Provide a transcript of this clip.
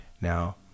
Now